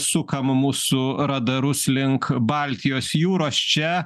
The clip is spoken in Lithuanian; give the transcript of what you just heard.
sukam mūsų radarus link baltijos jūros čia